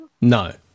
No